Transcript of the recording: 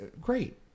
great